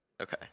Okay